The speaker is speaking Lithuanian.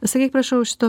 sakyk prašau šito